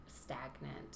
stagnant